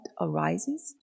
arises